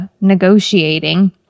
negotiating